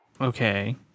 Okay